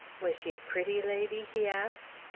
was she a pretty lady? he asked.